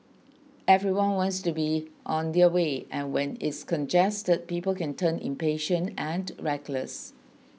everyone wants to be on their way and when it's congested people can turn impatient and reckless